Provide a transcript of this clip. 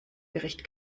gericht